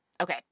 okay